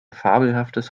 fabelhaftes